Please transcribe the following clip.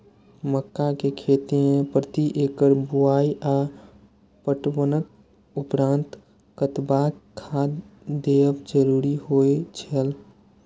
मक्का के खेती में प्रति एकड़ बुआई आ पटवनक उपरांत कतबाक खाद देयब जरुरी होय छल?